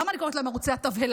למה אני קוראת להם "ערוצי התבהלה"?